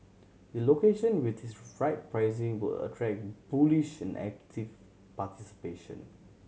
the location with his right pricing will attract bullish and active participation